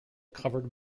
covered